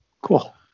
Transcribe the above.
Cool